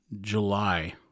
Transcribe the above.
july